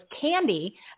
candy